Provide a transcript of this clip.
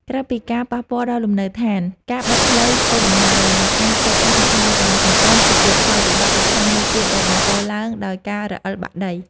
ក្រៅពីការប៉ះពាល់ដល់លំនៅដ្ឋាន ការបិទផ្លូវធ្វើដំណើរ និងការខូចខាតហេដ្ឋារចនាសម្ព័ន្ធ គឺជាផលវិបាកដ៏ធំមួយទៀតដែលបង្កឡើងដោយការរអិលបាក់ដី។